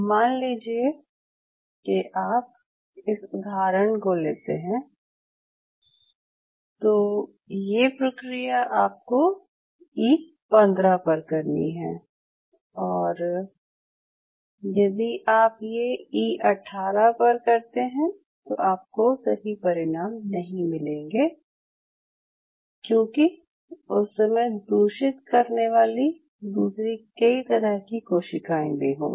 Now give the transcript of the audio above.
मान लीजिये कि आप इस उदहारण को लेते हैं तो ये प्रक्रिया आपको ई 15 पर करनी है और यदि आप ये ई 18 पर करते हैं तो आपको सही परिणाम नहीं मिलेंगे क्यूंकि उस समय दूषित करने वाली दूसरी कई तरह की कोशिकाएं भी होंगी